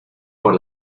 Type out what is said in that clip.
por